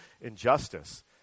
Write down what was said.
injustice